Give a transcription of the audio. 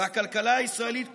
והכלכלה הישראלית כולה,